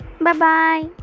Bye-bye